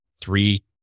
three